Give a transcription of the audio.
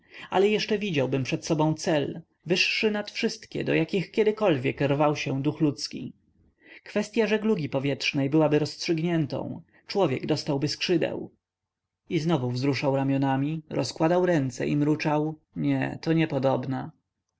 ale jeszcze widziałbym przed sobą cel wyższy nad wszystkie do jakich kiedykolwiek rwał się duch ludzki kwestya żeglugi powietrznej byłaby rozstrzygniętą człowiek dostałby skrzydeł i znowu wzruszał ramionami rozkładał ręce i mruczał nie to